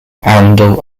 arundel